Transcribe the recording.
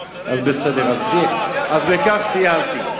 אז בכך סיימתי.